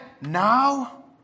now